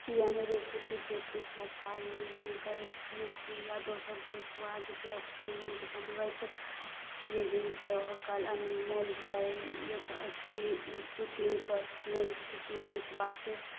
की अही रेसिपीके ठीकठाक पालन करय छियै की या दोसरके स्वादके एक्सपेरिमेंट बनबैत छियै जिनके ओ कल अनमोल जायत अछि ई कुछ ईम्पोर्टेन्ट की कुछ बाते